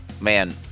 Man